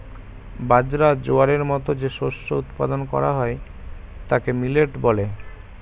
বাজরা, জোয়ারের মতো যে শস্য উৎপাদন করা হয় তাকে মিলেট বলে